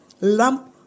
lump